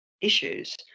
issues